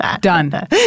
done